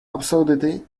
absurdity